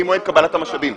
ממועד קבלת המשאבים.